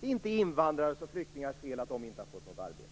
Det är inte invandrares och flyktingars fel att de inte har fått något arbete.